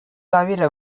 தவிர